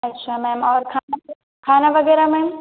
अच्छा मैम और खाने में खाना वग़ैरह में